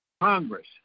Congress